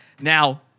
Now